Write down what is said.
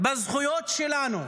בזכויות שלנו.